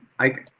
i,